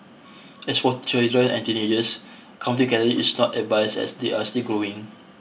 as for children and teenagers counting calories is not advised as they are still growing